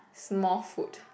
Smallfoot